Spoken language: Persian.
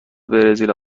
برزیل